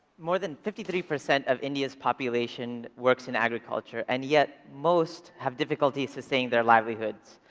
more than fifty three percent of india's population works in agriculture and, yet, most have difficulty sustaining their livelihoods.